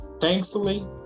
thankfully